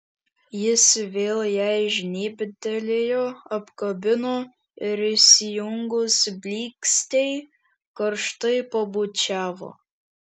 jis vėl jai žnybtelėjo apkabino ir įsijungus blykstei karštai pabučiavo